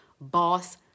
boss